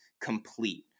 complete